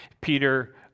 Peter